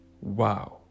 Wow